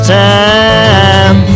time